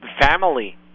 family